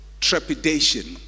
trepidation